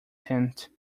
tent